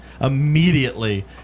immediately